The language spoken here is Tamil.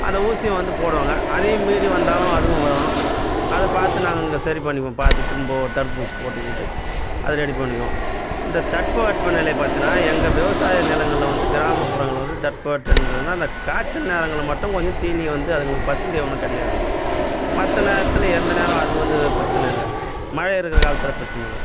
அந்த ஊசி வந்து போடுவாங்க அதையும் மீறி வந்தாலும் அதுவும் வரும் அதை பார்த்து நாங்கள் இங்கே சரி பண்ணிக்குவோம் பார்த்து திரும்ப ஒரு தடுப்பூசி போட்டுக்கிட்டு அதை ரெடி பண்ணிக்குவோம் இந்த தட்ப வெப்பநிலை பார்த்தீனா எங்கே விவசாய நிலங்களில் வந்து கிராமப்புறங்களில் வந்து தட்ப வெட்பநிலைனா அந்த காய்ச்சல் நேரங்களில் மட்டும் கொஞ்சோம் தீனி வந்து அதுங்களுக்கு பசுந்தீவனம் கிடையாது மற்ற நேரத்தில் எந்த நேரோ அது வந்து பிரச்சனை இல்லை மழை இருக்கிற காலத்தில் பிரச்சனை இல்லை